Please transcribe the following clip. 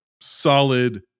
solid